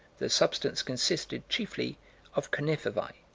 the substance consisted chiefly of conifervae.